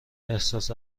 احساس